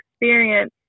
experience